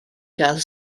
gael